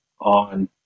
on